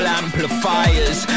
amplifiers